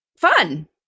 Fun